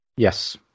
Yes